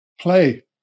Play